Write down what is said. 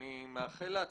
אדוני היושב-ראש,